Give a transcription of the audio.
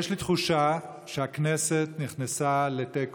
יש לי תחושה שהכנסת נכנסה לתיקו,